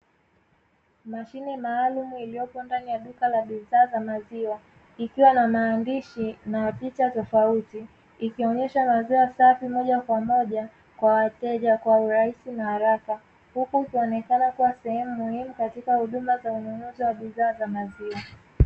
Mashine maalum iliyopo ndani ya duka la bidhaa za maziwa ikiwa na maandishi na wa picha tofauti ikionyesha maziwa safi moja kwa moja kwa wateja kwa urahisi na haraka huku ukionekana kuwa sehemu muhimu katika huduma za ununuzi wa bidhaa za mazingira.